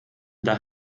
der